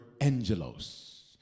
angelos